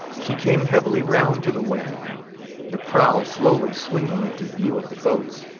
she came heavily round to the wind the prow slowly swinging into view of the boats,